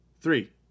Three